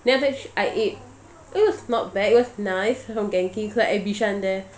then after that I ate it was not bad it was nice from genki is like at bishan there